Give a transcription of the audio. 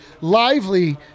lively